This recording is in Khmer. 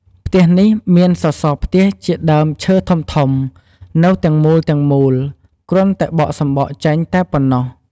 ផ្ទះនេះមានសសរផ្ទះជាដើមឈើធំៗ នៅទាំងមូលៗ គ្រាន់តែបកសំបកចេញតែប៉ុណ្ណោះ។